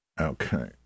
Okay